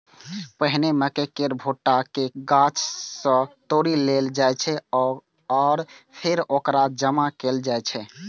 पहिने मकइ केर भुट्टा कें गाछ सं तोड़ि लेल जाइ छै आ फेर ओकरा जमा कैल जाइ छै